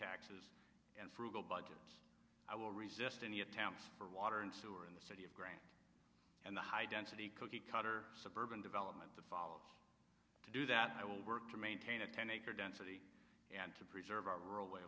taxes and frugal budgets i will resist any attempts for water and sewer in the city of grey and the high density cookie cutter suburban development to follow to do that will work to maintain a ten acre density and to preserve our rural way